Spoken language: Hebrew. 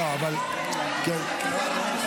הוא כבר עלה, הוא לא יכול לחזור.